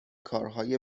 کارهای